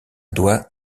doit